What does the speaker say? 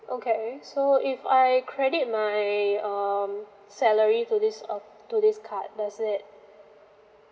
okay so if I credit my um salary to this um to this card does it